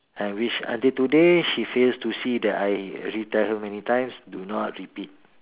I wish until today she fails to see that I actually tell her many times do not repeat